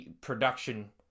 production